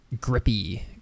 grippy